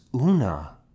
Una